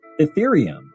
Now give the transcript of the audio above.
Ethereum